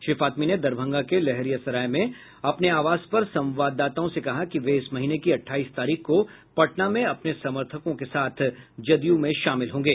श्री फातमी ने दरभंगा के लहेरियासराय में अपने आवास पर संवाददाताओं से कहा कि वे इस महीने की अठाईस तारीख को पटना में अपने समर्थकों के साथ जदयू में शामिल होंगे